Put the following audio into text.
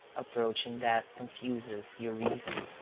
approaching death confuses your reason.